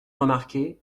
remarqué